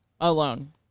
alone